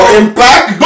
impact